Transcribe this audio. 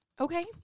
Okay